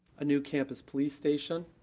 a new campus police station,